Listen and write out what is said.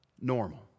normal